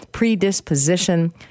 predisposition